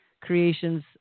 creations